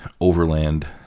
overland